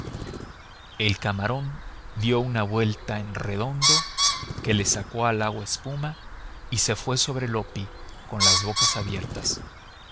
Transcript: el camarón dio una vuelta en redondo que le sacó al agua espuma y se fue sobre loppi con las bocas abiertas